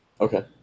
Okay